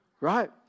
right